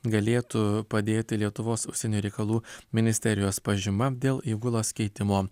galėtų padėti lietuvos užsienio reikalų ministerijos pažyma dėl įgulos keitimo